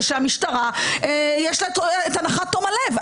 שלמשטרה יש הנחת תום הלב.